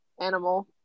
animal